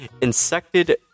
insected